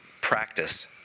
practice